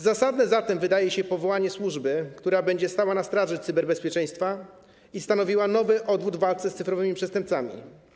Zasadne zatem wydaje się powołanie służby, która będzie stała na straży cyberbezpieczeństwa i stanowiła nowy odwód w walce z cyfrowymi przestępcami.